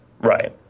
Right